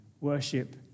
worship